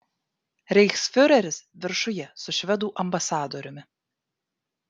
reichsfiureris viršuje su švedų ambasadoriumi